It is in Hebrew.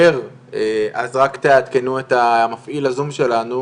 לדבר אז רק תעדכנו את מפעיל ה-zoom שלנו